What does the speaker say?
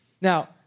Now